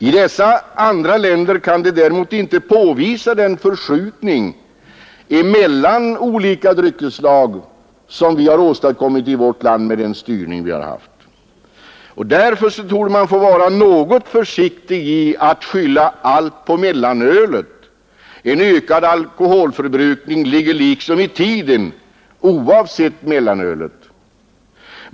I dessa andra länder kan man däremot inte påvisa den förskjutning mellan olika drycker som vi i vårt land har åstadkommit med vår styrning. Därför får man vara försiktig med att skylla allt på mellanölet. En ökad alkoholförbrukning ligger liksom i tiden, oavsett mellanölet.